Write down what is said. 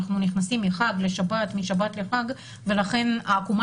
אנחנו נכנסים מחג לשבת ומשבת לחג ולכן העקומה